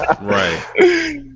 Right